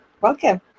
welcome